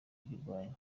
kuyirwanya